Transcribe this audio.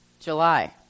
July